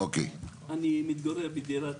אני מתגורר בדירת